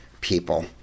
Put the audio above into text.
people